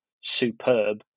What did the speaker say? superb